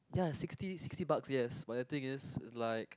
ya sixty sixty bucks yes but the thing is it's like